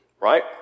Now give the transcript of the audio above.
right